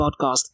podcast